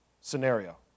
scenario